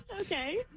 Okay